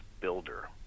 Builder